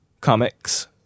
comics